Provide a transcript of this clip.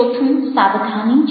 ચોથું સાવધાની છે